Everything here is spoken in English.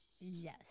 Yes